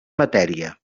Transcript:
matèria